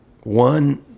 one